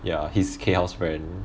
ya he's keng hao's friend